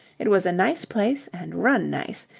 it was a nice place and run nice,